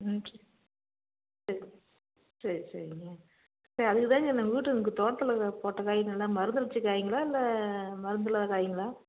ம் சரி சரி சரி சரிங்க சரி அதுக்கு தாங்க நான் வீட்டுல உங்கள் தோட்டத்தில் இருக்கிற போட்ட காய் நல்லா மருந்து அடிச்ச காய்ங்களா இல்லை மருந்து இல்லாத காய்ங்களா